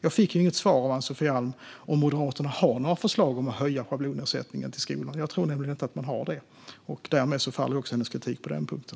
Jag fick inget svar av Ann-Sofie Alm om Moderaterna har några förslag om att höja schablonersättningen till skolan. Jag tror inte att man har det. Därmed faller hennes kritik på den punkten.